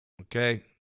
okay